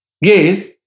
Yes